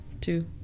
two